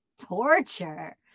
torture